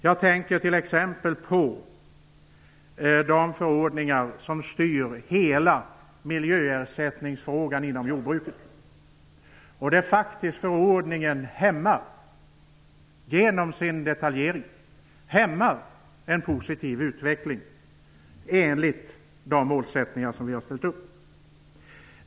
Jag tänker t.ex. på de förordningar som styr hela miljöersättningsfrågan inom jordbruket, där förordningen genom sin detaljeringsgrad faktiskt hämmar en positiv utveckling enligt de målsättningar som vi har ställt upp.